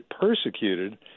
persecuted